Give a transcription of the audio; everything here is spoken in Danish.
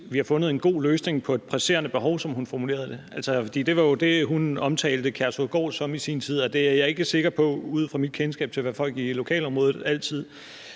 vi har fundet en god løsning på et presserende behov, som hun formulerede det? Det var jo sådan, hun omtalte Kærshovedgård i sin tid, og det er jeg ud fra mit kendskab til det ikke sikker på at folk i lokalområdet altid